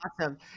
awesome